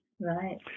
Right